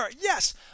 yes